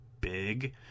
big